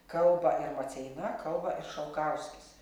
kalba ir maceina kalba ir šalkauskis